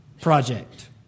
project